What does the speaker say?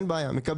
כן.